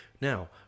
Now